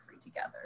together